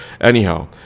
anyhow